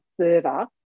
server